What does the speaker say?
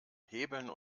hebeln